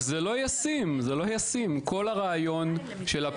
אז יש לי גם אחריות פלילית אם פעלתי שלא במסגרת